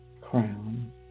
crown